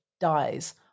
dies